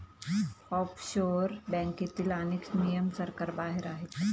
offshore बँकेतील अनेक नियम सरकारबाहेर आहेत